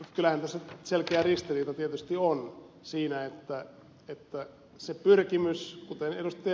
kyllähän tässä tietysti selkeä ristiriita on siinä että pyrkimys kuten ed